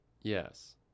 Yes